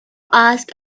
ask